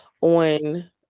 on